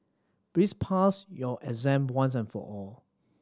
please pass your exam once and for all